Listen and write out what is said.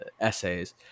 essays